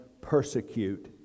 persecute